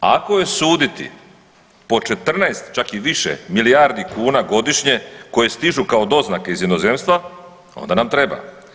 Ako je suditi po 14 čak i više milijardi kuna godišnje koje stižu kao doznake iz inozemstva onda nam treba.